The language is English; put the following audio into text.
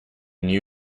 new